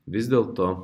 vis dėlto